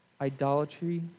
Idolatry